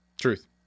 Truth